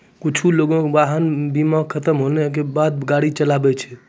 कुछु लोगें वाहन बीमा खतम होय के बादो गाड़ी चलाबै छै